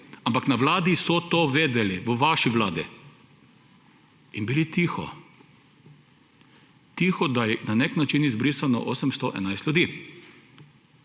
ampak na Vladi so to vedeli, v vaši vladi. In bili tiho; tiho, da je na nek način izbrisano 811 ljudi.